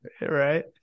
right